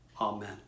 Amen